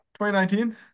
2019